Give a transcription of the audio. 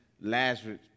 Lazarus